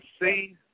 see